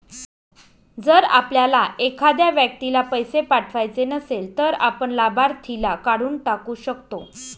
जर आपल्याला एखाद्या व्यक्तीला पैसे पाठवायचे नसेल, तर आपण लाभार्थीला काढून टाकू शकतो